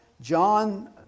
John